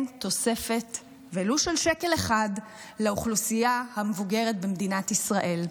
תוספת ולו של שקל אחד לאוכלוסייה המבוגרת במדינת ישראל.